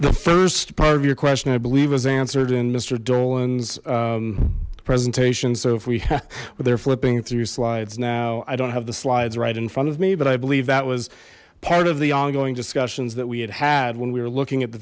the first part of your question i believe is answered in mister dolan's presentation so if we have there flipping through slides now i don't have the slides right in front of me but i believe that was part of the ongoing discussions that we had had when we were looking at the